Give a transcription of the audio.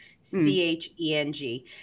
C-H-E-N-G